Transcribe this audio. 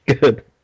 Good